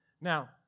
Now